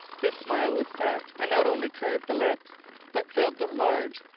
his smile was set, and not only curved the lips but filled the large,